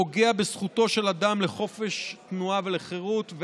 פוגע בזכותו של אדם לחופש תנועה ולחירות,